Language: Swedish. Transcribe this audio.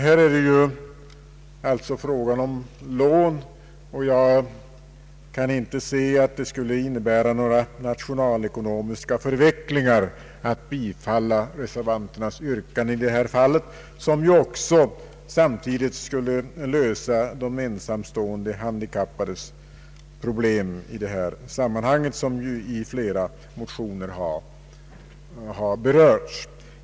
Här är det fråga om lån, och jag kan inte se att det skulle innebära några nationalekonomiska förvecklingar att bifalla reservanternas yrkande. Därmed skulle också de ensamstående handikappades problem lösas, en fråga som har berörts i flera motioner.